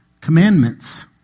Commandments